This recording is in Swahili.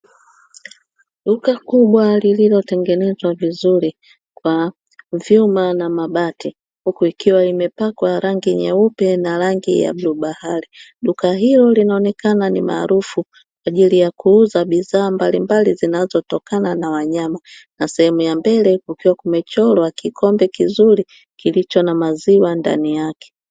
Duka kubwa lililo tengenezwa vizuri kwa vyuma na mabati, huku likiwa limepakwa rangi nyeupe na rangi ya bluu, bahari duka hilo linaonekana ni maarufu kwaajili ya kuuza bidhaa mbali mbali zinazo tokana na wanyama, na sehemu ya mbele kukiwa kumechorwa kikombe kizuri kilicho na maziwa ndani yake.